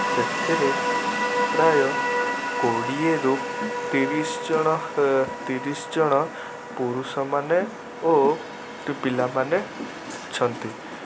ସେଥିରେ ପ୍ରାୟ କୋଡ଼ିଏରୁ ତିରିଶ ଜଣ ତିରିଶ ଜଣ ପୁରୁଷମାନେ ଓ କି ପିଲାମାନେ ଅଛନ୍ତି